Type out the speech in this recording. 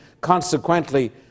consequently